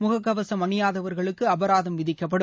முக கவசம் அணியாதவர்களுக்கு அபராதம் விதிக்கப்படும்